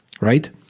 right